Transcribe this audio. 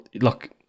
look